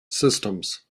systems